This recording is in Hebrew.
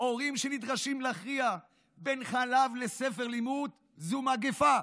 הורים שנדרשים להכריע בין חלב לספר לימוד זה מגפה,